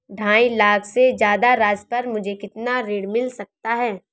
ढाई लाख से ज्यादा राशि पर मुझे कितना ऋण मिल सकता है?